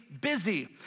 busy